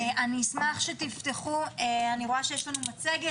אני אשמח שתפתחו אני רואה שיש לנו מצגת